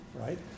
right